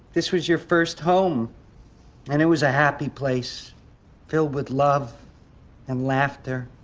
this was your first home and it was a happy place filled with love and laughter.